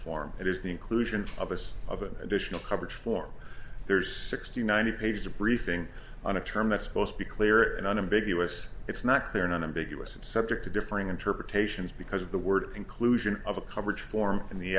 form it is the inclusion of us of an additional coverage for there's sixty ninety pages of briefing on a term that's supposed to be clear and unambiguous it's not clear and unambiguous and subject to differing interpretations because of the word inclusion of a coverage form in the